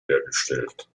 hergestellt